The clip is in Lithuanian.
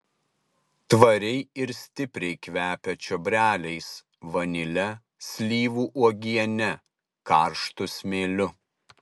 tvariai ir stipriai kvepia čiobreliais vanile slyvų uogiene karštu smėliu